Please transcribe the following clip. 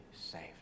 saved